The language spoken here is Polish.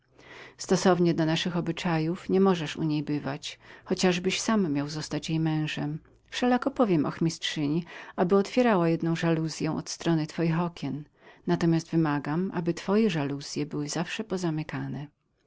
ręką według naszych obyczajów nie możesz u niej bywać chociażbyś sam miał zostać jej mężem wszelako powiem ochmistrzyni aby otwierała jedną żaluzyę od strony twoich okien natomiast wymagam aby twoje żaluzye były zawsze pozamykane